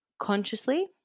Consciously